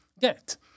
get